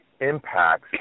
impacts